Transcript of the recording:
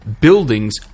buildings